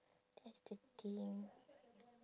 that's the thing